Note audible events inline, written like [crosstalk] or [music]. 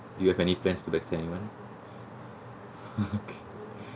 you have any plans to back stab anyone [laughs] okay